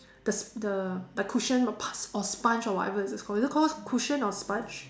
the the the cushion of pass of sponge or whatever is it called the cushion of sponge